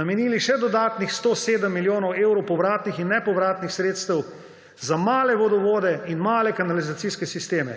namenili še dodatnih 107 milijonov evrov povratnih in nepovratnih sredstev za male vodovode in male kanalizacijske sistem.